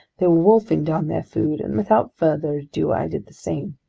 they were wolfing down their food, and without further ado i did the same.